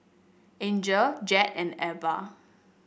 Angel Jed and Ebba